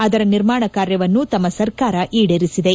ಅದರ ನಿರ್ಮಾಣ ಕಾರ್ಯವನ್ನು ತಮ್ನ ಸರ್ಕಾರ ಈಡೇರಿಸಿದೆ